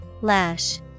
Lash